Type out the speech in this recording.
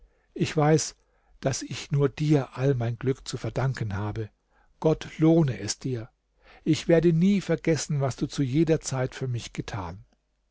ich weiß daß ich nur dir all mein glück zu verdanken habe gott lohne es dir ich werde nie vergessen was du zu jeder zeit für mich getan